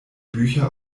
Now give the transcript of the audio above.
bücher